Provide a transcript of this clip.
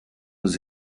aux